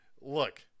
Look